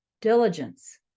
diligence